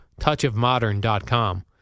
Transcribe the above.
touchofmodern.com